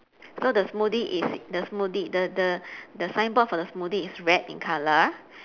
so the smoothie is the smoothie the the the signboard for the smoothie is red in color